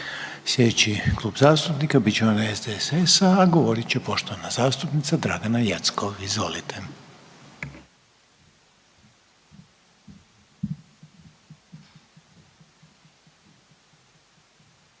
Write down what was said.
Sljedeći Klub zastupnika bit će onaj SDSS-a, a govorit će poštovana zastupnica Dragana Jeckov. Izvolite.